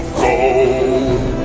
gold